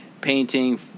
Painting